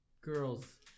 Girls